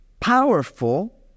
powerful